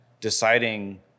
deciding